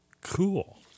Cool